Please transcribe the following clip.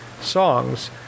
songs